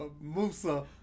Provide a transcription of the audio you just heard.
Musa